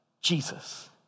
Jesus